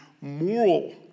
moral